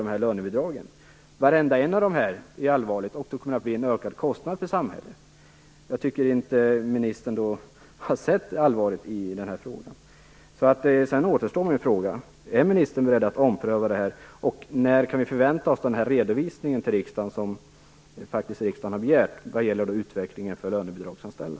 Det är allvarligt för varenda en av dessa personer, och samhället kommer att få en ökad kostnad. Jag tycker inte att ministern verkar ha sett allvaret i detta. Min fråga kvarstår: Är ministern beredd att ompröva detta? När kan vi förvänta oss den redovisning till riksdagen som riksdagen faktiskt har begärt om utvecklingen för lönebidragsanställda?